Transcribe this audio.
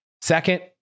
Second